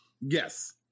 yes